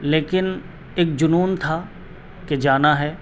لیکن ایک جنون تھا کہ جانا ہے